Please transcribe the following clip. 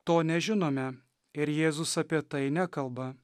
to nežinome ir jėzus apie tai nekalba